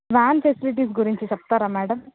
van facilities గురించి చెప్తారా madam